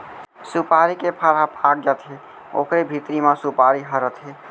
सुपारी के फर ह पाक जाथे ओकरे भीतरी म सुपारी ह रथे